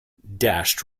dashed